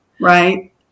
Right